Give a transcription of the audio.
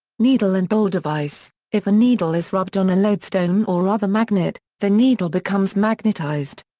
needle-and-bowl device if a needle is rubbed on a lodestone or other magnet, the needle becomes magnetized.